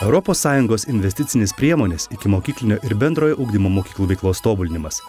europos sąjungos investicinės priemonės ikimokyklinio ir bendrojo ugdymo mokyklų veiklos tobulinimas